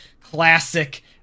classic